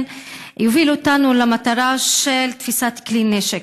יוביל אותנו למטרה של תפיסת כלי נשק.